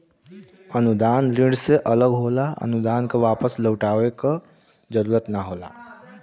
अनुदान ऋण से अलग होला अनुदान क वापस लउटाये क जरुरत ना होला